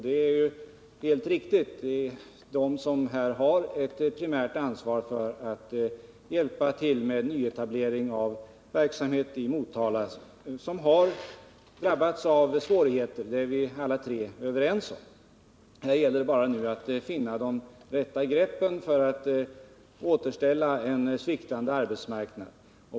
Det är helt riktigt, det är utvecklingsfonderna som här har ett primärt ansvar för att hjälpa till med nyetablering av verksamhet i Motala, som har drabbats av svårigheter. Det är vi alla tre överens om. Här gäller det nu bara att finna de rätta greppen för att återställa en sviktande arbetsmarknad.